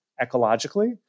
ecologically